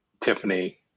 Tiffany